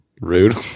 rude